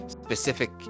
specific